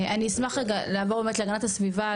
אני אשמח רגע לעבור להגנת הסביבה,